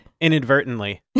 Inadvertently